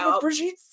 Brigitte